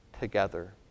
together